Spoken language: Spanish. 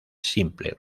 simple